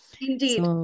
Indeed